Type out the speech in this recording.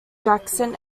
jackson